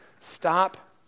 stop